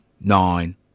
nine